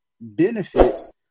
benefits